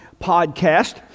podcast